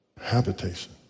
Habitation